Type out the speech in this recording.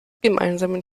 gemeinsamen